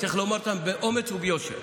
צריך לומר אותם באומץ וביושר.